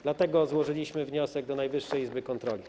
Dlatego złożyliśmy wniosek do Najwyższej Izby Kontroli.